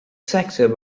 sector